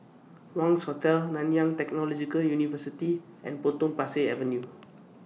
Wangz Hotel Nanyang Technological University and Potong Pasir Avenue